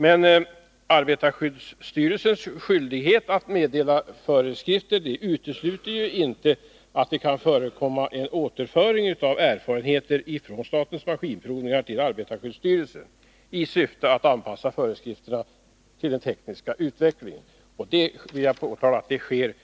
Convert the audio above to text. Men arbetarskyddsstyrelsens skyldighet att meddela föreskrifter utesluter ju inte en återföring av erfarenheter från statens maskinprovningar till arbetarskyddsstyrelsen i syfte att anpassa föreskrifterna till den tekniska utvecklingen. Jag vill framhålla att det sker